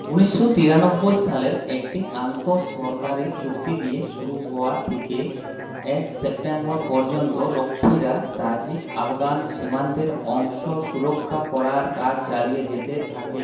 উনিশশো তিরানব্বই সালের একটি আন্তঃসরকারি চুক্তি দিয়ে শুরু হওয়া থেকে এক সেপ্টেম্বর পর্যন্ত রক্ষীরা তাজিক আফগান সীমান্তের অংশ সুরক্ষা করার কাজ চালিয়ে যেতে থাকে